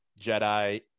Jedi